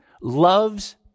loves